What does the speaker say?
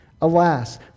Alas